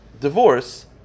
divorce